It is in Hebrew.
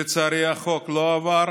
לצערי החוק לא עבר,